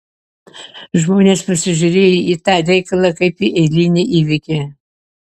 žmonės pasižiūrėjo į tą reikalą kaip į eilinį įvykį